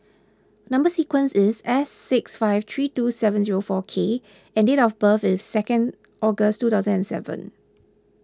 Number Sequence is S six five three two seven zero four K and date of birth is second August two thousand and seven